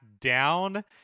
down